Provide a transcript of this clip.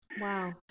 Wow